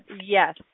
Yes